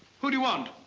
who do you want?